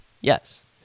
Yes